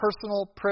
Personal